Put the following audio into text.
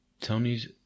Tony's